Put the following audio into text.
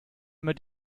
immer